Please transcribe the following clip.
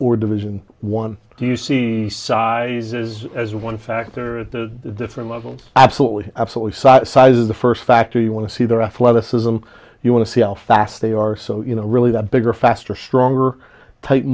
or division one do you see sizes as one factor at the different level absolutely absolutely size of the first factor you want to see there athleticism you want to see how fast they are so you know really that bigger faster stronger t